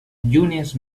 llunes